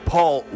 Paul